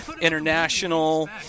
international